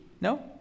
No